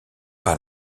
par